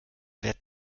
wärt